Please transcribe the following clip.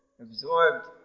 absorbed